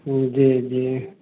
जी जी